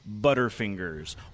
butterfingers